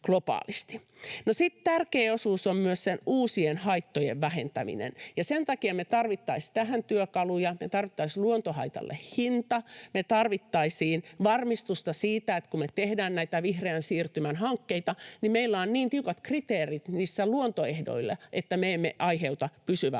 tärkeä osuus on myös uusien haittojen vähentäminen, ja sen takia me tarvitsisimme tähän työkaluja. Me tarvittaisiin luontohaitalle hinta. Me tarvittaisiin varmistusta siihen, että kun me tehdään näitä vihreän siirtymän hankkeita, niin meillä on niin tiukat kriteerit niissä luontoehdoille, että me emme aiheuta pysyvää haittaa.